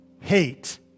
hate